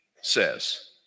says